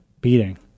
Beating